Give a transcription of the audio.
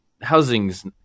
housing's